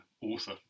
author